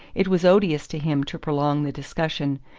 it was odious to him to prolong the discussion,